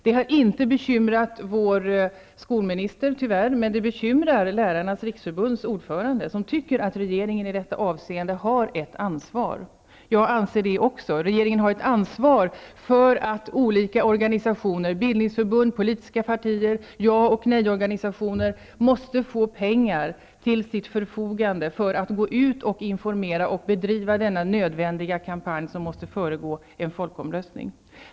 Det har inte bekymrat vår skolminister, tyvärr, men det bekymrar Lärarnas riksförbunds ordförande som tycker att regeringen i detta avseende har ett ansvar. Jag anser det också. Regeringen har ett ansvar för att olika organisationer -- bildningsförbund, politiska partier, ja och nej-organisationer -- får pengar till sitt förfogande för att gå ut och informera och bedriva den kampanj som måste föregå en folkomröstning.